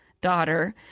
daughter